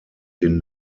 den